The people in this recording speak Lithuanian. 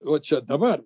o čia dabar